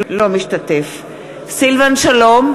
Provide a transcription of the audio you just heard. אינו משתתף בהצבעה סילבן שלום,